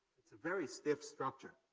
a very stiff structure.